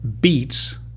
beats